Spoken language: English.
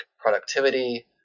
productivity